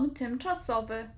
tymczasowy